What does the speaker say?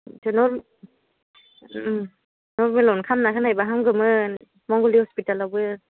बेखौनो नरमेलावनो खालामना होनायब्ला हामगौमोन मंगलदै हस्पिटालावबो